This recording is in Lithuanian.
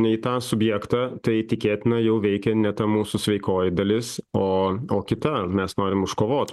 ne į tą subjektą tai tikėtina jau veikia ne ta mūsų sveikoji dalis o o kita mes norim užkovot